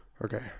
Okay